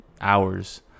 hours